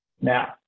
Now